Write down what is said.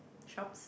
Shoppes